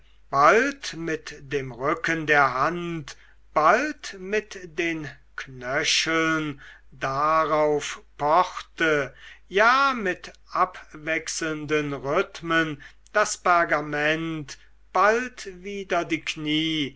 bald mit dem rücken der hand bald mit den knöcheln darauf pochte ja mit abwechselnden rhythmen das pergament bald wider die knie